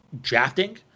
drafting